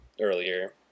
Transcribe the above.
earlier